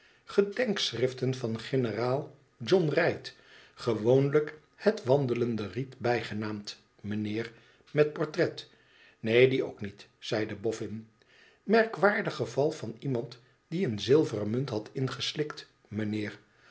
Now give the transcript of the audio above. gedenkschriften van generaal john reid gewoonlijk het wandelende riet bijgenaamd mijnheer met portret r ineen die ook niet zeide bofn merkwaardig geval van iemand die een zilveren munt had ingeslikt mijnheer